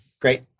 Great